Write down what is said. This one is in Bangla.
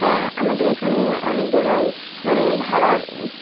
তা আমাদের এখানে অনেক জায়গায় মানে ভাড়ার